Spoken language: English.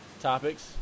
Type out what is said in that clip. topics